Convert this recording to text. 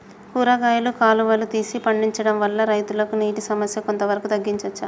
కూరగాయలు కాలువలు తీసి పండించడం వల్ల రైతులకు నీటి సమస్య కొంత వరకు తగ్గించచ్చా?